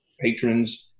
patrons